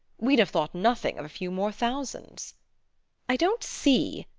we'd have thought nothing of a few more thousands i don't see,